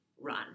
run